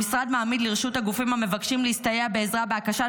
המשרד מעמיד לרשות הגופים המבקשים להסתייע בעזרה בהגשת